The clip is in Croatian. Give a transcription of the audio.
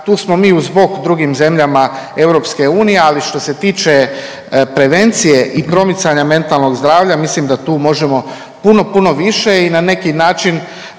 Tu smo mi uz bok drugim zemljama EU, ali što se tiče prevencije i promicanja mentalnog zdravlja mislim da tu možemo puno, puno više i na neki način